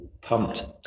pumped